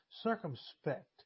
circumspect